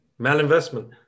malinvestment